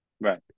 Right